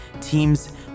teams